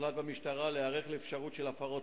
הוחלט במשטרה להיערך לאפשרות של הפרות